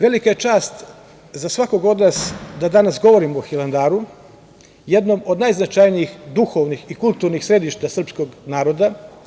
Velika je čast za svakog od nas da danas govorimo o Hilandaru, jednom od najznačajnijih duhovnih i kulturnih sedišta srpskog naroda.